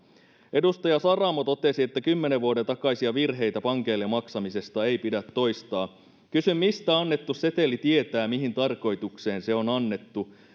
edustaja saramo totesi että kymmenen vuoden takaisia virheitä pankeille maksamisesta ei pidä toistaa kysyn mistä annettu seteli tietää mihin tarkoitukseen se on on annettu